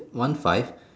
one five